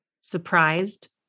surprised